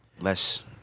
Less